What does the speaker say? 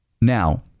Now